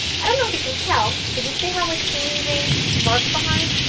i don't know if you can tell, but you see how it's leaving marks behind?